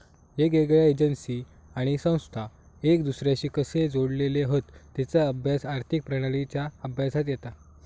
येगयेगळ्या एजेंसी आणि संस्था एक दुसर्याशी कशे जोडलेले हत तेचा अभ्यास आर्थिक प्रणालींच्या अभ्यासात येता